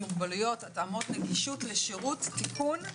מוגבלויות (התאמות נגישות לשירות) (תיקון),